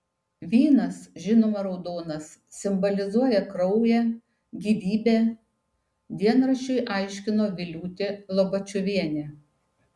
vynas žinoma raudonas simbolizuoja kraują gyvybę dienraščiui aiškino viliūtė lobačiuvienė